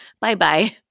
bye-bye